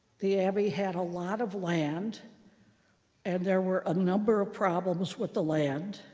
the abbey had a lot of land and there were a number of problems with the land.